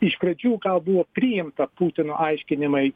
iš pradžių gal buvo priimta putino aiškinimai